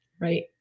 right